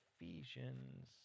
Ephesians